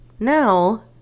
Now